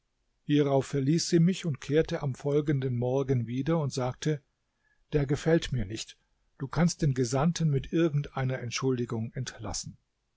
hierauf verließ sie mich und kehrte am folgenden morgen wieder und sagte der gefällt mir nicht du kannst den gesandten mit irgend einer entschuldigung entlassen